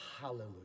Hallelujah